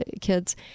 kids